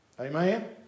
Amen